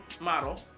model